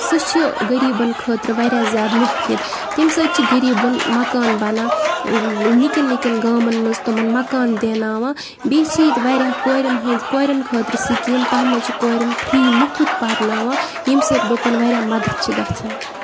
سُہ چھِ غریٖبَن خٲطرٕ واریاہ زیادٕ مُفیٖد تمہِ سۭتۍ چھِ غریٖبَن مکان بَنان نِکٮ۪ن نِکٮ۪ن گامَن منٛز تِمَن مَکان دیناوان بیٚیہِ چھِ ییٚتہِ واریاہ کورٮ۪ن ہٕنٛدۍ کورٮ۪ن خٲطرٕ سِکیٖم تَتھ منٛز چھِ کورٮ۪ن فِرٛی مُفُت پَرناوان ییٚمہِ سۭتۍ لُکَن واریاہ مَدَد چھِ گژھان